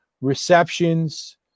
receptions